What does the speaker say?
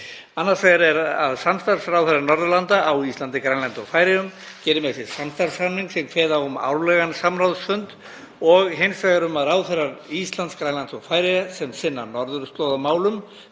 annars vegar um að samstarfsráðherrar Norðurlanda á Íslandi, Grænlandi og Færeyjum geri með sér samstarfssamning sem kveði á um árlegan samráðsfund, og hins vegar um að ráðherrar Íslands, Grænlands og Færeyja, sem sinna norðurslóðamálum,